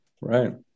Right